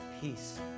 peace